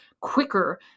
quicker